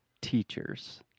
teachers